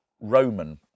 Roman